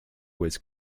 was